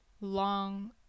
long